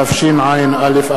התשע"א 2011,